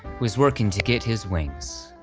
who is working to get his wings.